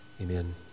Amen